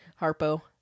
Harpo